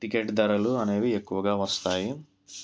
ticket ధరలు అనేవి ఎక్కువగా వస్తాయి